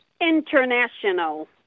international